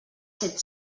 set